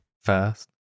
first